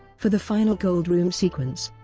for the final gold room sequence,